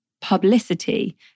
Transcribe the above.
publicity